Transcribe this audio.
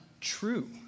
true